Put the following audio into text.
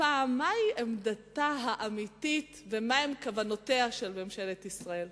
הפעם מה היא עמדתה האמיתית ומה הן כוונותיה של ממשלת ישראל.